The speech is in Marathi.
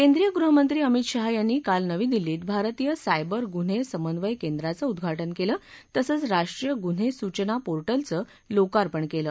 केंद्रीय गृहमंत्री अमित शहा यांनी काल नवी दिल्लीत भारतीय सायबर गुन्हे समन्वय केंद्राचं उद्दाटन केलं तसंच राष्ट्रीय गुन्हे सूचना पोर्टलचं लोकार्पण केलं